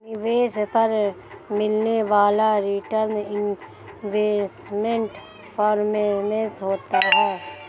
निवेश पर मिलने वाला रीटर्न इन्वेस्टमेंट परफॉरमेंस होता है